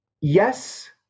yes